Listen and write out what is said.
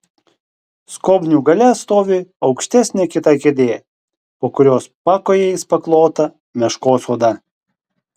skobnių gale stovi aukštesnė kita kėdė po kurios pakojais paklota meškos oda